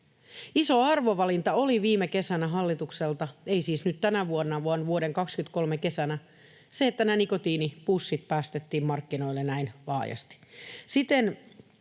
Iso arvovalinta oli viime vuoden kesänä hallitukselta — ei siis nyt tänä vuonna, vaan vuoden 23 kesänä — että nikotiinipussit päästettiin markkinoille näin laajasti.